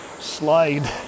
slide